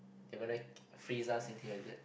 they gonna freeze us in here is it